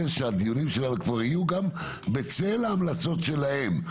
שהדיונים שלנו כבר יהיו בצל ההמלצות שלהם,